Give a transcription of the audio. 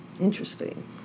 Interesting